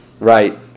right